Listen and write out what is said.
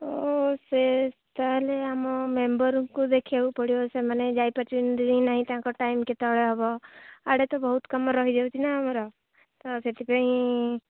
ସେ ତାହେଲେ ଆମ ମେମ୍ବରଙ୍କୁ ଦେଖିବାକୁ ପଡ଼ିବ ସେମାନେ ଯାଇପାରୁଛନ୍ତି ନାହିଁ ତାଙ୍କ ଟାଇମ୍ କେତେବେଳେ ହବ ଆଡ଼େ ତ ବହୁତ କାମ ରହିଯାଉଛି ନା ଆମର ତ ସେଥିପାଇଁ